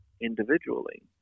individually